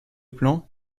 plan